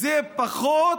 זה פחות